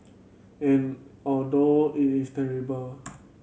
and although it is terrible